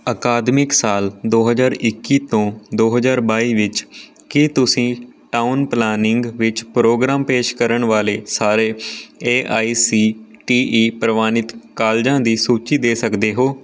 ਅਕਾਦਮਿਕ ਸਾਲ ਦੋ ਹਜ਼ਾਰ ਇੱਕੀ ਤੋਂ ਦੋ ਹਜ਼ਾਰ ਬਾਈ ਵਿੱਚ ਕੀ ਤੁਸੀਂ ਟਾਊਨ ਪਲਾਨਿੰਗ ਵਿੱਚ ਪ੍ਰੋਗਰਾਮ ਪੇਸ਼ ਕਰਨ ਵਾਲੇ ਸਾਰੇ A I C T E ਪ੍ਰਵਾਨਿਤ ਕਾਲਜਾਂ ਦੀ ਸੂਚੀ ਦੇ ਸਕਦੇ ਹੋ